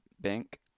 bank